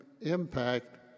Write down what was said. impact